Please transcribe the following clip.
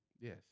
yes